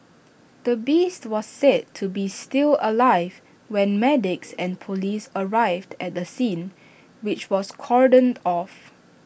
the beast was said to be still alive when medics and Police arrived at the scene which was cordoned off